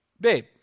babe